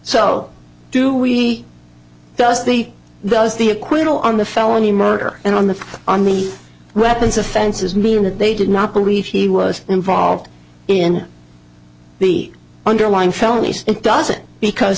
so do we does the does the acquittal on the felony murder and on the on the weapons offenses mean that they did not believe he was involved in the underlying felonies it doesn't because